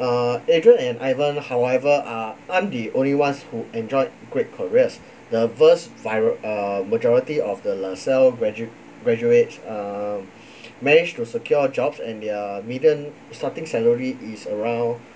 uh adrian and ivan however are aren't the only ones who enjoyed great careers the verse vira~ uh majority of the lasalle gradu~ graduates uh managed to secure jobs and their median starting salary is around